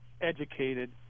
educated